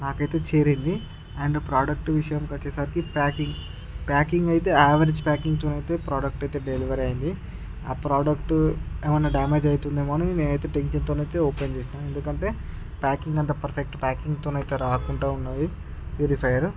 నాకైతే చేరింది and product విషయానికి వచ్చేసరికి ప్యాకింగ్ ప్యాకింగ్ అయితే యావరేజ్ ప్యాకింగ్తోనైతే డెలివరీ అయ్యింది ఆ ప్రోడక్ట్ ఏమన్నా డ్యామేజ్ అయితుంది ఏమో అని నేను అయితే టెన్షన్తో ఓపెన్ చేసిన ఎందుకంటే ప్యాకింగ్ అంత పర్ఫెక్ట్ ప్యాకింగ్తోనైతే రాకుండా ఉన్నది ప్యూరిఫయరు